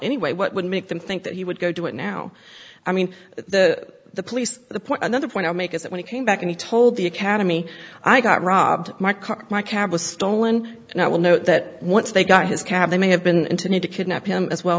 anyway what would make them think that he would go do it now i mean the police the point another point i make is that when he came back and he told the academy i got robbed my car my cab was stolen and i will know that once they got his cab they may have been into need to kidnap him as well